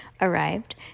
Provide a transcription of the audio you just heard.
arrived